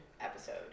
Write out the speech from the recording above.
episode